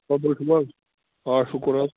چھِو حظ آ شُکُر حظ